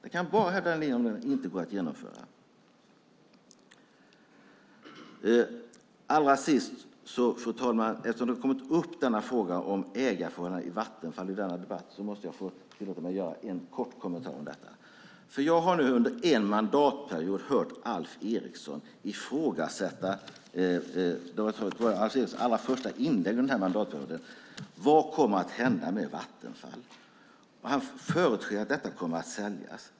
Ni kan bara hävda den linjen om den inte går att genomföra. Allra sist, fru talman, måste jag, eftersom ägarfrågan när det gäller Vattenfall har kommit upp i denna debatt, tillåta mig att göra en kort kommentar om det. Jag har nu nämligen under en mandatperiod hört Alf Eriksson ifrågasätta det här. Jag tror att det var Alf Erikssons allra första inlägg under den här mandatperioden. Vad kommer att hända med Vattenfall? Han förutsätter att detta kommer att säljas.